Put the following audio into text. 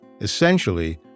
Essentially